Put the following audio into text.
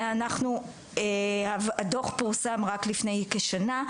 ואנחנו, הדו"ח פורסם רק לפני כשנה.